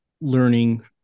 learning